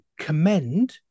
commend